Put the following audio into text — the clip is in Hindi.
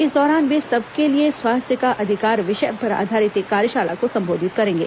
इस दौरान वे सबके लिए स्वास्थ्य का अधिकार विषय पर आधारित एक कार्यशाला को संबोधित करेंगे